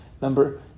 remember